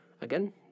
again